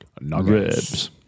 ribs